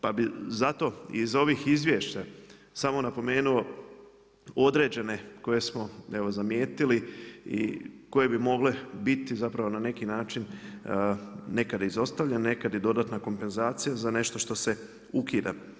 Pa bi zato iz ovih izvješća samo napomenuo, određene koje smo evo zamijetili i koje bi mogle biti zapravo, na neki način, nekada izostavljan, nekad i dodatna kompenzacija za nešto što se ukida.